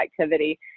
activity